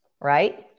right